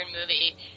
movie